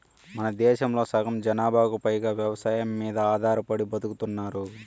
మనదేశంలో సగం జనాభాకు పైగా వ్యవసాయం మీద ఆధారపడి బతుకుతున్నారు